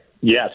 Yes